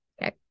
okay